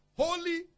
Holy